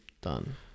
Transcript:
Done